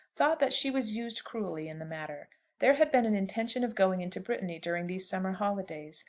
thought that she was used cruelly in the matter. there had been an intention of going into brittany during these summer holidays.